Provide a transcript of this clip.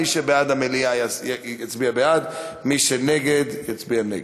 מי שבעד המליאה, יצביע בעד, מי שנגד, יצביע נגד.